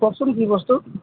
কওঁকচোন কি বস্তু